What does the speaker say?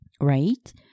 Right